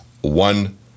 one